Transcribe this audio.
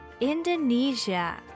Indonesia